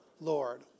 Lord